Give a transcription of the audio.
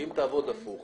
כי אם תעבוד הפוך